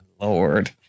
Lord